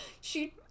She-